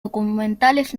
documentales